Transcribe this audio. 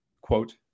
quote